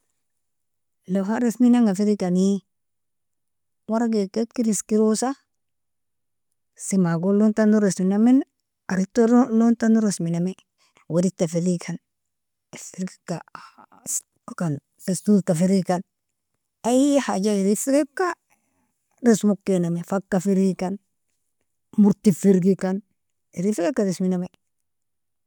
Lawha resmin'ga firgikani, warageaka ikir iskirosa semagon lontano resminamen, ariddton lontano resminame, weritta firgikan, ifergeka sesurka firgikan, ayy hajae irin frigeka resma ukkename, fakka firgikan, murti firgikan, irin firgeka resminame.